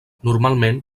normalment